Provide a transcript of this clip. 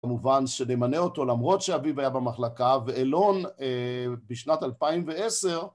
במובן שנמנה אותו למרות שאביב היה במחלקה ואילון בשנת 2010